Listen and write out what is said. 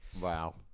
Wow